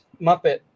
Muppet